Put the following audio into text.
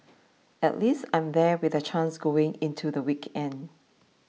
at least I'm there with a chance going into the weekend